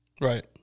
Right